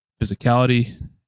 physicality